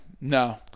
no